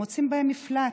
שהם מוצאים בהם מפלט.